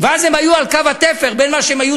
ואז הם היו על קו התפר בין איך שהם היו